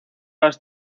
las